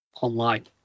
online